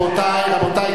רבותי,